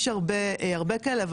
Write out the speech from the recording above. יש הרבה הרבה כאלה,